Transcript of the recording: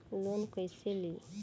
Loan कईसे ली?